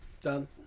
Done